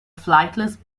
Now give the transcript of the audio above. flightless